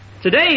Today